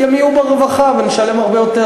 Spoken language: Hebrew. כי אחרת הם יהיו ברווחה ונשלם הרבה יותר.